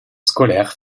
scolaire